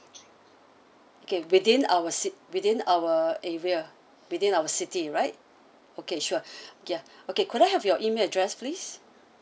okay within our cit~ within our area within our city right okay sure okay ya okay could I have your email address please